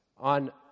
On